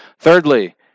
Thirdly